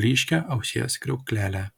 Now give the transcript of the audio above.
blyškią ausies kriauklelę